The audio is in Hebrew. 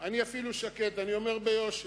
אני אפילו שקט, אני אומר ביושר: